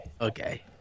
Okay